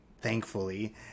thankfully